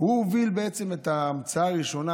הוא הוביל בעצם את ההמצאה הראשונה,